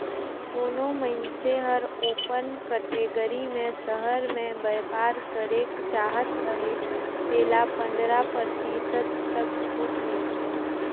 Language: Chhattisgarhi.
कोनो मइनसे हर ओपन कटेगरी में सहर में बयपार करेक चाहत अहे तेला पंदरा परतिसत तक छूट मिलथे